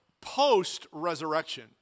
post-resurrection